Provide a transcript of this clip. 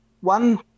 One